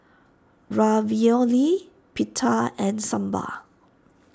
Ravioli Pita and Sambar